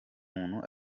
umuntu